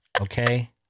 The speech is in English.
Okay